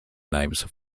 names